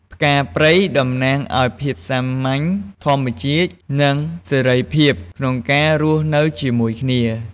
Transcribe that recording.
ផ្កាព្រៃ តំណាងអោយ ភាពសាមញ្ញ ធម្មជាតិ និងសេរីភាព ក្នុងការរស់នៅជាមួយគ្នា។